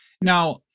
Now